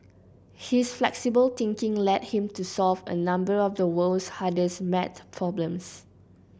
his flexible thinking led him to solve a number of the world's hardest math problems